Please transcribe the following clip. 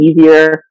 easier